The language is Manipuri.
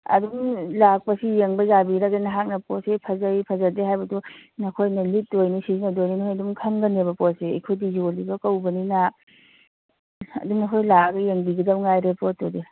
ꯑꯗꯨꯝ ꯂꯥꯛꯄꯁꯤ ꯌꯦꯡꯕ ꯌꯥꯕꯤꯔꯒꯅꯤ ꯅꯍꯥꯛꯅ ꯄꯣꯠꯁꯤ ꯐꯖꯩ ꯐꯖꯗꯦ ꯍꯥꯏꯕꯗꯨ ꯅꯈꯣꯏꯅ ꯂꯤꯠꯇꯣꯏꯅꯤ ꯁꯤꯖꯤꯟꯅꯗꯣꯏꯅꯤ ꯅꯈꯣꯏ ꯑꯗꯨꯝ ꯈꯪꯒꯅꯦꯕ ꯄꯣꯠꯁꯤ ꯑꯩꯈꯣꯏꯗꯤ ꯌꯣꯜꯂꯤꯕ ꯀꯧꯕꯅꯤꯅ ꯑꯗꯨꯝ ꯅꯈꯣꯏ ꯂꯥꯛꯑꯒ ꯌꯦꯡꯕꯤꯒꯗꯧꯉꯥꯏꯔꯦ ꯄꯣꯠꯇꯨꯗꯤ